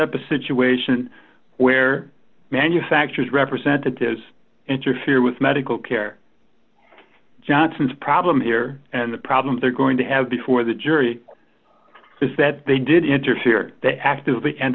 up a situation where manufacturers representatives interfere with medical care johnson's problem here and the problem they're going to have before the jury is that they did interfere actively and